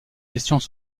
questions